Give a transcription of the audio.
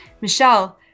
Michelle